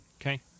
Okay